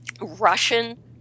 Russian